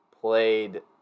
played